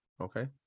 Okay